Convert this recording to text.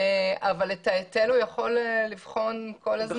אבל את ההיטל הוא יכול לבחון כל הזמן.